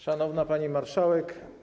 Szanowna Pani Marszałek!